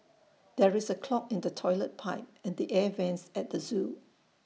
there is A clog in the Toilet Pipe and the air Vents at the Zoo